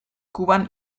kuban